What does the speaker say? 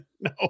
No